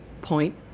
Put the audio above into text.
Point